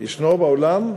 באולם?